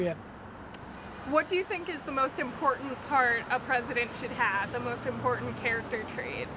yet what do you think is the most important part a president should have the most important character trait